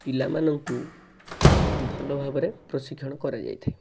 ପିଲାମାନଙ୍କୁ ଭଲ ଭାବରେ ପ୍ରଶିକ୍ଷଣ କରାଯାଇଥାଏ